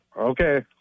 okay